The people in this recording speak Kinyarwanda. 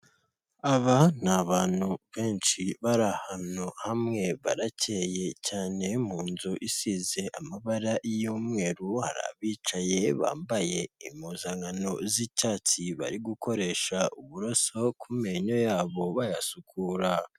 Aba ni abantu benshi bari ahantu hamwe barakeye cyane mu nzu isize amabara y'umweru, hari abicaye bambaye impuzankano z'icyatsi bari gukoresha uburoso ku menyo yabo bayasukura.